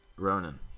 Ronan